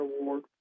Award